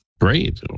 great